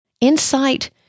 Insight